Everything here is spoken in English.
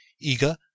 eager